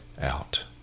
out